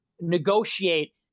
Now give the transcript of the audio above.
negotiate